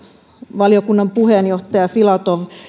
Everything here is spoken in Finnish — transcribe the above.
valiokunnan puheenjohtaja filatov